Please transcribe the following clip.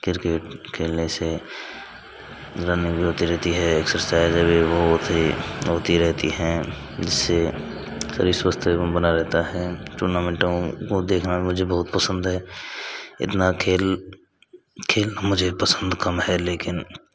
cricket खेलने से running भी होती रहती है एक्सरसाइज भी होती रहती है जिससे शरीर स्वस्थ एवम बना रहता है टूर्नामेंटों को देखना बहुत पसंद है इतना खेल खेलना मुझे पसंद काम है लेकिन